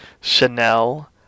Chanel